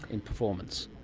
in performance?